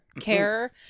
care